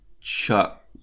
Chuck